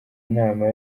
inama